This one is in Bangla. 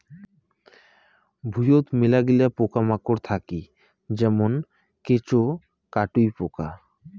ভুঁইয়ত মেলাগিলা পোকামাকড় থাকি যেমন কেঁচো, কাটুই পোকা